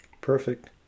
Perfect